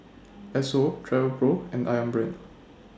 Esso Travelpro and Ayam Brand